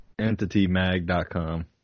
EntityMag.com